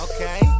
Okay